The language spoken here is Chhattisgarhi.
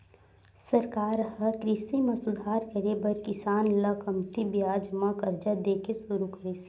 सरकार ह कृषि म सुधार करे बर किसान ल कमती बियाज म करजा दे के सुरू करिस